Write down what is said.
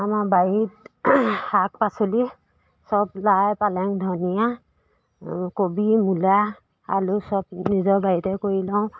আমাৰ বাৰীত শাক পাচলি চব লাই পালেং ধনিয়া কবি মূলা আলু চব নিজৰ বাৰীতে কৰি লওঁ